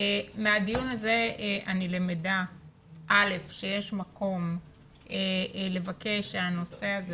מהדיון הזה אני למדה שיש מקום לבקש שהנושא הזה